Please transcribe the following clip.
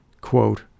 Quote